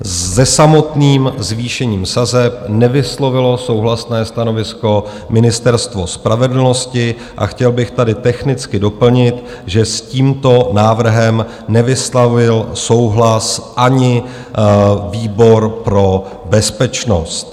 Se samotným zvýšením sazeb nevyslovilo souhlasné stanovisko Ministerstvo spravedlnosti a chtěl bych tady technicky doplnit, že s tímto návrhem nevyslovil souhlas ani výbor pro bezpečnost.